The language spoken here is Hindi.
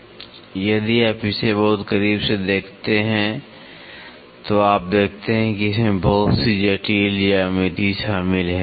अब यदि आप इसे बहुत करीब से देखते हैं तो आप देखते हैं कि इसमें बहुत सी जटिल ज्यामिति शामिल है